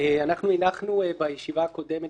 הנחנו לקראת הישיבה הקודמת